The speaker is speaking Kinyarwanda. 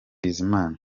bizimana